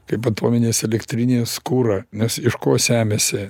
kaip atominės elektrinės kurą nes iš ko semiasi